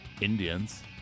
Indians